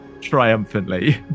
triumphantly